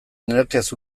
nekez